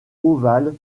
ovale